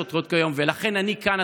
ולכן אני כאן,